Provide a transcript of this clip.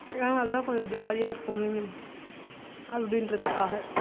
ஏன்னா அதான் கொஞ்சம் ஜாலியாக இருக்கும் அப்படின்றதுக்காக